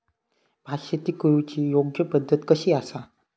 भात शेती करुची योग्य पद्धत कशी आसा?